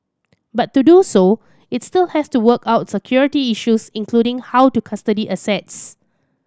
but to do so it still has to work out security issues including how to custody assets